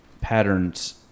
patterns